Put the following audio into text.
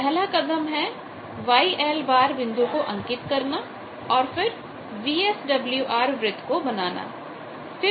पहला कदम है YL बिंदु को अंकित करना और फिर VSWR वृत्त को बनाना